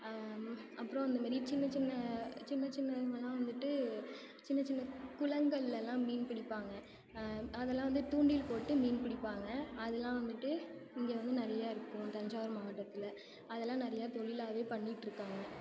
அப்புறம் இந்த மாதிரி சின்ன சின்ன சின்ன சின்ன இதுமாதிரிலாம் வந்துட்டு சின்ன சின்ன குளங்கள்லெலாம் மீன் பிடிப்பாங்க அதெல்லாம் வந்து தூண்டில் போட்டு மீன் பிடிப்பாங்க அதெல்லாம் வந்துட்டு இங்கே வந்து நிறையா இருக்கும் தஞ்சாவூர் மாவட்டத்தில் அதெலாம் நெறைய தொழிலாக பண்ணிகிட்டுருக்காங்க